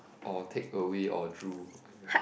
or takeaway or drool i don't know